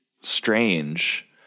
strange